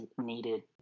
needed